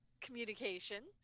communication